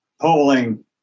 polling